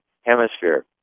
hemisphere